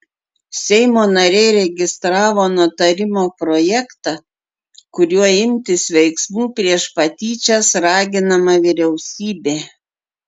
seimo nariai registravo nutarimo projektą kuriuo imtis veiksmų prieš patyčias raginama vyriausybė